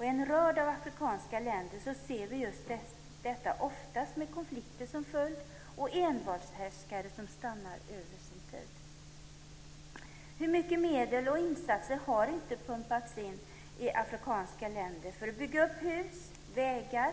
I en rad av afrikanska länder ser vi just detta, oftast med konflikter som följd, och envåldshärskare som stannar på sin post utöver sin tid. Hur mycket medel och insatser har inte pumpats in i afrikanska länder för att bygga upp hus och vägar,